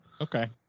Okay